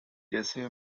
jesse